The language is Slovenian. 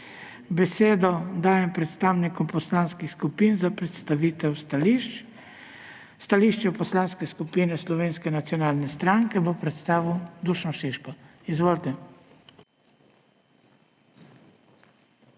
Besedo dajem predstavnikom poslanskih skupin za predstavitev stališč. Stališče poslanske skupine Slovenske nacionalne stranke bo predstavil Dušan Šiško. Izvolite.